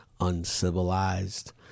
uncivilized